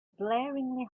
glaringly